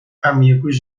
amigos